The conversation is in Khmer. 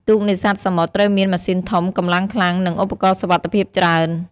ទូកនេសាទសមុទ្រត្រូវមានម៉ាស៊ីនធំ កម្លាំងខ្លាំង និងឧបករណ៍សុវត្ថិភាពច្រើន។